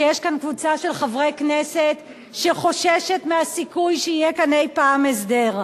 שיש כאן קבוצה של חברי כנסת שחוששת מהסיכוי שיהיה כאן אי-פעם הסדר.